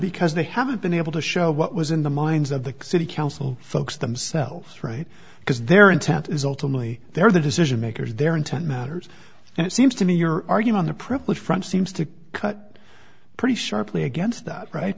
because they haven't been able to show what was in the minds of the city council folks themselves right because their intent is ultimately their the decision makers their intent matters and it seems to me your argument to profit from seems to cut pretty sharply against that right